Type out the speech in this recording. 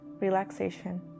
relaxation